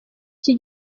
iki